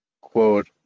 Quote